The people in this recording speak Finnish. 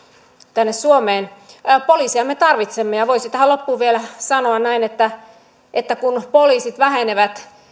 tänne suomeen poliisia me tarvitsemme voisi tähän loppuun vielä sanoa näin että että kun poliisit vähenevät